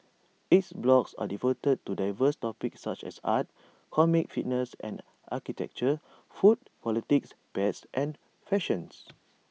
its blogs are devoted to diverse topics such as art comics fitness and architecture food politics pets and fashions